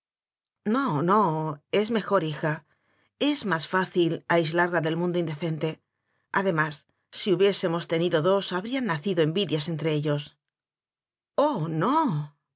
no no es mejor hija es más fácil ais larla del mundo indecente además si hu biésemos tenido dos habrían nacido envi dias entre ellos o nol o sí no se